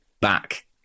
back